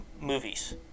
movies